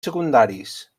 secundaris